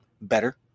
Better